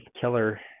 killer